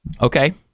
Okay